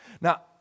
Now